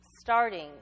starting